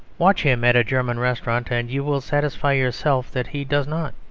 watch him at a german restaurant, and you will satisfy yourself that he does not.